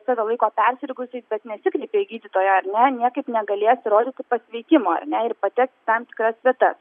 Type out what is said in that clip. save laiko persirgusiais bet nesikreipė į gydytoją ar ne niekaip negalės įrodyti pasveikimo ar ne ir patekti į tam tikras vietas